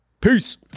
peace